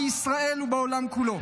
בישראל ובעולם כולו.